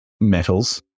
metals